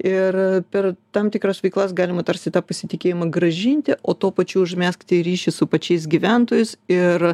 ir per tam tikras veiklas galima tarsi tą pasitikėjimą grąžinti o tuo pačiu užmegzti ryšį su pačiais gyventojais ir